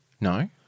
No